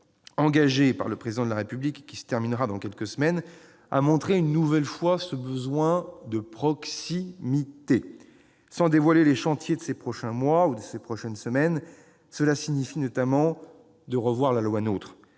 engagée par le Président de la République, qui se terminera dans quelques semaines, a montré une nouvelle fois le besoin impérieux de proximité. Sans dévoiler les chantiers de ces prochains mois ou de ces prochaines semaines, il faudra notamment revoir la loi NOTRe,